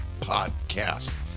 Podcast